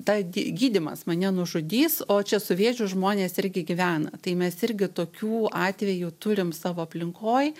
tą gy gydymas mane nužudys o čia su vėžiu žmonės irgi gyvena tai mes irgi tokių atvejų turim savo aplinkoj